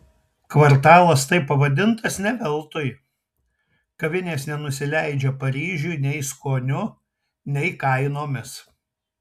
kvartalas taip pavadintas ne veltui kavinės nenusileidžia paryžiui nei skoniu nei kainomis